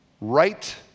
right